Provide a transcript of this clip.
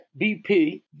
BP